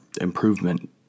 improvement